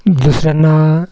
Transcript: दुसऱ्यांना